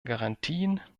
garantien